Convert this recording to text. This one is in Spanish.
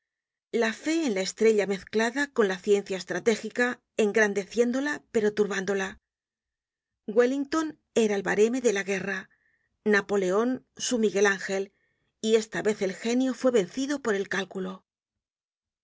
la fe en la estrella mezclada con la ciencia estratégica engrandeciéndola pero turbándola wellington era el bareme de la guerra napoleon su miguel angel y esta vez el genio fue vencido por el cálculo